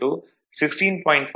5 1